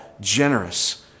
generous